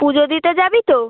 পুজো দিতে যাবি তো